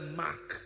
mark